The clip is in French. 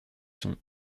son